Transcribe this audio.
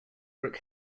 brick